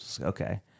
Okay